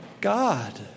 God